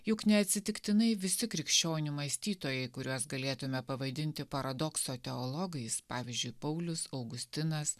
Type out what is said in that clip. juk neatsitiktinai visi krikščionių mąstytojai kuriuos galėtume pavadinti paradokso teologais pavyzdžiui paulius augustinas